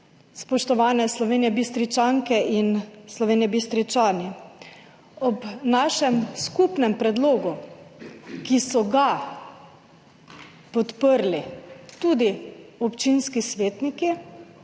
Spoštovane Slovenjebistričanke in Slovenjebistričani, ob našem skupnem predlogu, ki so ga podprli tudi občinski svetniki